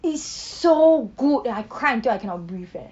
it's so good that I cried until I cannot breathe eh